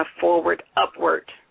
forward-upward